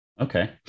Okay